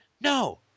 No